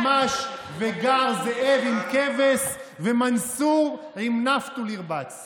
ממש וגר זאב עם כבש, ומנסור עם נפתול ירבץ.